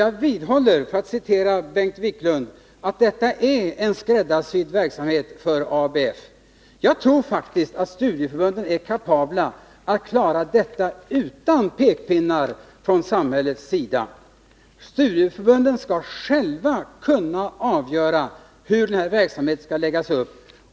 Jag vidhåller, för att citera Bengt Wiklund, att detta är en skräddarsydd verksamhet för ABF. Jag tror faktiskt att studieförbunden är kapabla att klara denna uppgift utan pekpinnar från samhällets sida. Studieförbunden skall själva kunna avgöra hur denna verksamhet skall läggas upp.